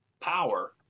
power